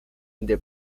the